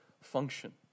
function